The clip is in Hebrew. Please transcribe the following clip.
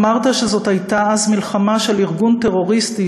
אמרת שזאת הייתה אז מלחמה של ארגון טרוריסטי